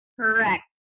Correct